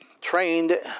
trained